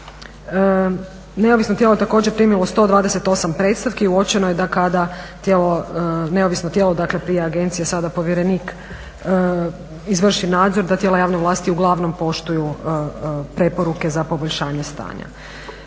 Neovisno tijelo je također primilo 128 predstavki. Uočeno je da kada neovisno tijelo, dakle prije agencija sada povjerenik izvrši nadzor da tijela javne vlasti uglavnom poštuju preporuke za poboljšanje stanja.